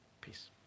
Peace